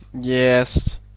Yes